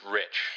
rich